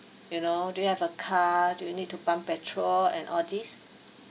you know do you have a car do you need to pump petrol and all these